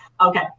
Okay